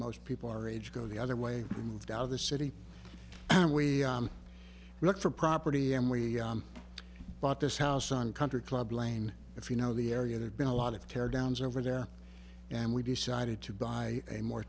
most people our age go the other way we moved out of the city and we looked for property and we bought this house on country club lane if you know the area there's been a lot of tear downs over there and we decided to buy a more